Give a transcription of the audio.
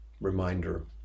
reminder